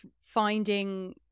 finding